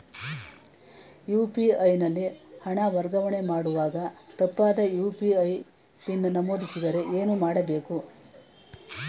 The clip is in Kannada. ಯು.ಪಿ.ಐ ನಲ್ಲಿ ಹಣ ವರ್ಗಾವಣೆ ಮಾಡುವಾಗ ತಪ್ಪಾದ ಯು.ಪಿ.ಐ ಪಿನ್ ನಮೂದಿಸಿದರೆ ಏನು ಮಾಡಬೇಕು?